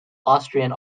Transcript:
austrian